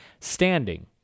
Standing